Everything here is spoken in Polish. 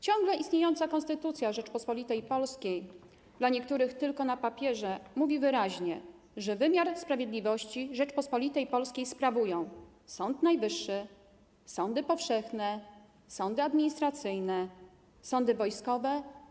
Ciągle istniejąca Konstytucja Rzeczypospolitej Polskiej - dla niektórych tylko na papierze - mówi wyraźnie, że wymiar sprawiedliwości Rzeczypospolitej Polskiej sprawują: Sąd Najwyższy, sądy powszechne, sądy administracyjne, sądy wojskowe.